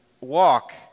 walk